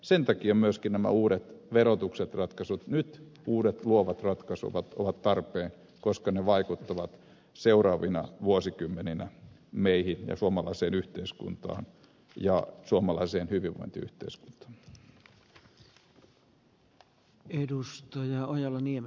sen takia myöskin nämä uudet verotusratkaisut uudet luovat ratkaisut ovat tarpeen koska ne vaikuttavat seuraavina vuosikymmeninä meihin ja suomalaiseen yhteiskuntaan ja suomalaiseen hyvinvointiyhteiskuntaan